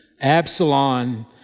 Absalom